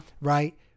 Right